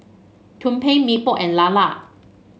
tumpeng Mee Pok and lala